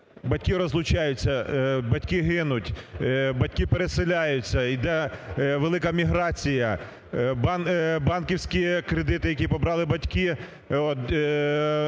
батьки розлучаються, батьки гинуть, батьки переселяються, йде велика міграція, банківські кредити, які побрали батьки,